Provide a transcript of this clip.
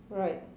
right